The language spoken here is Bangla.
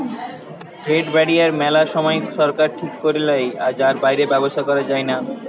ট্রেড ব্যারিয়ার মেলা সময় সরকার ঠিক করে লেয় যার বাইরে ব্যবসা করা যায়না